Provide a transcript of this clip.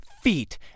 feet